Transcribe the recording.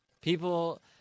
People